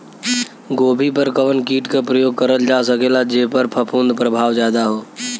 गोभी पर कवन कीट क प्रयोग करल जा सकेला जेपर फूंफद प्रभाव ज्यादा हो?